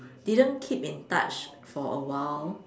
didn't keep in touch for awhile